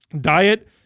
diet